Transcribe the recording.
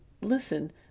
listen